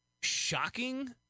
shocking